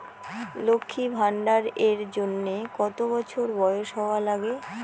লক্ষী ভান্ডার এর জন্যে কতো বছর বয়স হওয়া লাগে?